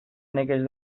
nekez